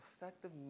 effective